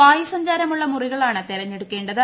വായുസഞ്ചാരമുള്ള മുറികളാണ് തെരഞ്ഞെടുക്കേണ്ടത്